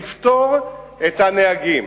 לפטור את הנהגים,